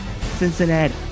Cincinnati